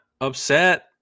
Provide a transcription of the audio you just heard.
upset